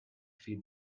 feed